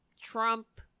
Trump